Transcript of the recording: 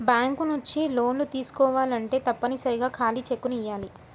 bank నుంచి లోన్లు తీసుకోవాలంటే తప్పనిసరిగా ఖాళీ చెక్కుని ఇయ్యాలి